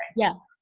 yeah